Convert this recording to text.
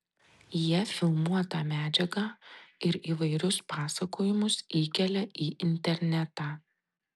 jie filmuotą medžiagą ir įvairius pasakojimus įkelia į internetą